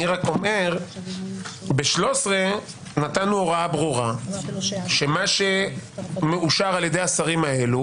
אני רק אומר שב-13 נתנו הוראה ברורה שמה שמאושר על ידי השרים האלו,